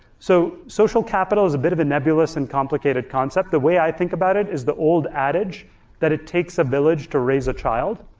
so social capital is a bit of a nebulous and complicated concept. the way i think about it is the old adage that it takes a village to raise a child.